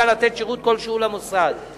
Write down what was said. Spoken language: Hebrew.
לתת שירות כלשהו למוסד בעד המלגה.